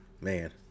Man